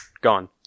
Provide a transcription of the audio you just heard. gone